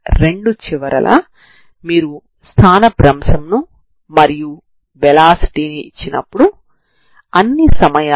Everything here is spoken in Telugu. అందువల్ల మీరు u2xt12c0txcx chys dy ds ని కలిగి ఉంటారు సరేనా